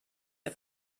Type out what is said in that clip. der